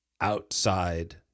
outside